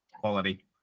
quality